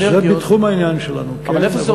זה בתחום העניין שלנו, כן, אבל איפה זה עומד?